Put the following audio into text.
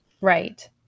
right